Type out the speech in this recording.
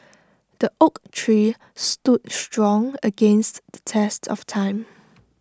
the oak tree stood strong against the test of time